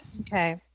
Okay